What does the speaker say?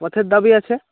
পথের দাবী আছে